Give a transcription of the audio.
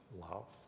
love